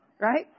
right